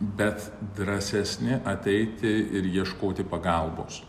bet drąsesni ateiti ir ieškoti pagalbos